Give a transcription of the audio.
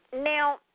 Now